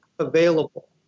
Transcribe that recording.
Available